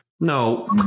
no